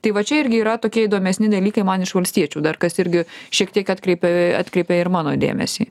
tai va čia irgi yra tokie įdomesni dalykai man iš valstiečių dar kas irgi šiek tiek atkreipė atkreipė ir mano dėmesį